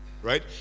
right